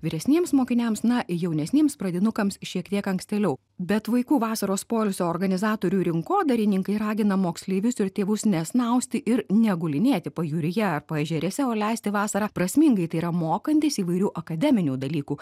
vyresniems mokiniams na jaunesniems pradinukams šiek tiek ankstėliau bet vaikų vasaros poilsio organizatorių rinkodarininkai ragina moksleivius ir tėvus nesnausti ir negulinėti pajūryje ar paežerėse o leisti vasarą prasmingai tai yra mokantis įvairių akademinių dalykų